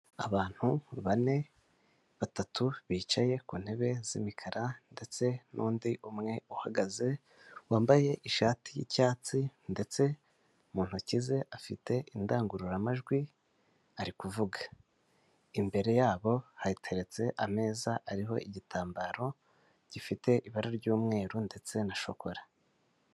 Abantu bane batatu bicaye ku ntebe z'imikara ndetse n'undi umwe uhagaze wambaye ishati y'icyatsi ndetse mu ntoki ze afite indangururamajwi ari kuvuga, imbere yabo hateretse ameza ariho igitambaro gifite ibara ry'umweru ndetse na shokora.